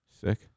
Sick